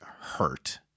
hurt